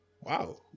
Wow